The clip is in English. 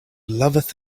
loveth